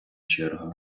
черга